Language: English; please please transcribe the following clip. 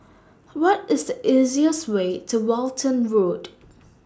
What IS The easiest Way to Walton Road